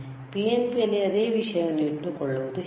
PNP ಯಲ್ಲಿ ಅದೇ ವಿಷಯವನ್ನು ಇಟ್ಟುಕೊಳ್ಳುವುದು ಹೇಗೆ